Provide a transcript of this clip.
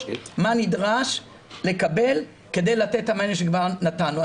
מה נדרש לקבל כדי לתת את המענה שכבר נתנו.